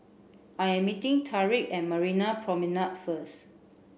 I am meeting Tarik at Marina Promenade first